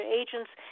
agents